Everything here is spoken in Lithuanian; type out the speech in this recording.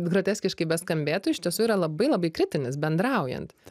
groteskiškai beskambėtų iš tiesų yra labai labai kritinis bendraujant